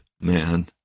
Man